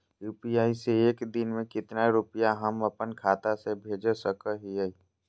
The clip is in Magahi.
यू.पी.आई से एक दिन में कितना रुपैया हम अपन खाता से भेज सको हियय?